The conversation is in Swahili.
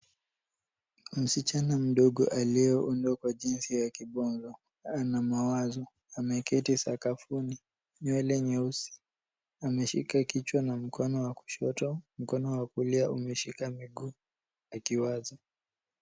Msichana mdogo aliyeundwa kwa jinsi ya kibonzo ana mawazo. Ameketi sakafuni, nywele nyeusi. Ameshika kichwa na mkono wa kushoto, mkono wa kulia umeshika miguu akiwaza.